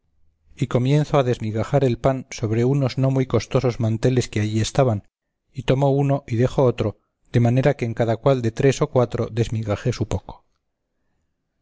y comienzo a desmigajar el pan sobre unos no muy costosos manteles que allí estaban y tomo uno y dejo otro de manera que en cada cual de tres o cuatro desmigajé su poco